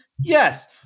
Yes